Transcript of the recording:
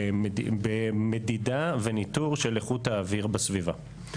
במדידה וניטור של איכות האוויר בסביבה.